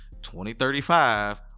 2035